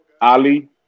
Ali